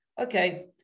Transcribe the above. Okay